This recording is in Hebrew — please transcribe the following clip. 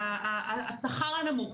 השכר הנמוך,